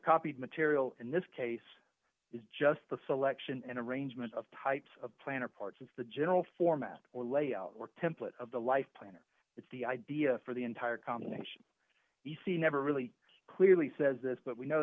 copied material in this case is just the selection an arrangement of types of plan or parts of the general format or layout or template of the life plan or it's the idea for the entire combination e c never really clearly says this but we know